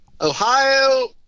Ohio